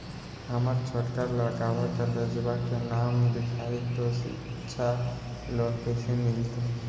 हमर छोटका लड़कवा कोलेजवा मे नाम लिखाई, तो सिच्छा लोन कैसे मिलते?